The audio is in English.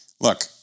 look